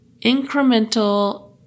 incremental